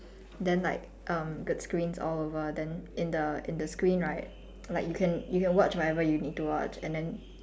then like um the screens all over then in the in the screen right like you can you can watch whatever you need to watch and then